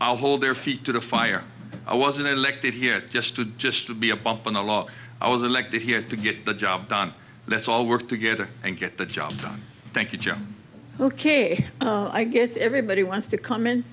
i'll hold their feet to the fire i wasn't elected here just to just to be a bump in the law i was elected here to get the job done let's all work together and get the job done thank you ok i guess everybody wants to come